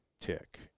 tick